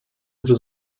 уже